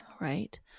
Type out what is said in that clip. Right